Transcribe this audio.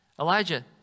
Elijah